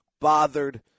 bothered